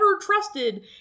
trusted